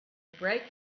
break